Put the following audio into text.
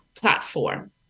platform